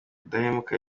udahemuka